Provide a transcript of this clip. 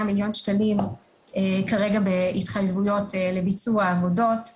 מיליון שקלים כרגע בהתחייבויות לביצוע עבודות,